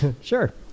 Sure